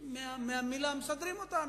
מהמלה, מסדרים אותנו.